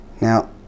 Now